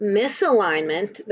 misalignment